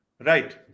Right